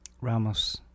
Ramos